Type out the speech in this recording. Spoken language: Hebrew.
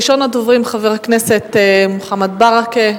ראשון הדוברים, חבר הכנסת מוחמד ברכה,